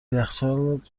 یخچال